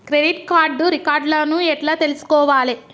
Credit card reward లను ఎట్ల తెలుసుకోవాలే?